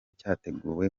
cyateguwe